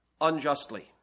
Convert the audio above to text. unjustly